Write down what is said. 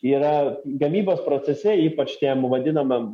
yra gamybos procese ypač tiem vadinamam